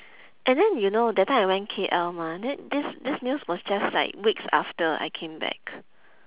and then you know that time I went K_L mah then this this news was just like weeks after I came back